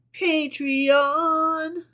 Patreon